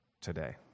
today